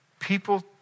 People